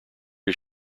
his